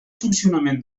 funcionament